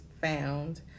found